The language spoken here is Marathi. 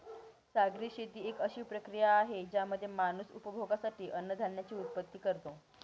सागरी शेती एक अशी प्रक्रिया आहे ज्यामध्ये माणूस उपभोगासाठी अन्नधान्याची उत्पत्ति करतो